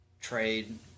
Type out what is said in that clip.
trade